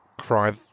cry